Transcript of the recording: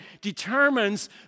determines